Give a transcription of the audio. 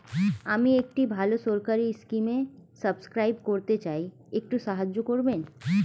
আমি একটি ভালো সরকারি স্কিমে সাব্সক্রাইব করতে চাই, একটু সাহায্য করবেন?